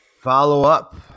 Follow-up